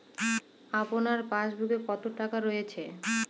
আপনার পাসবুকে কত টাকা রয়েছে?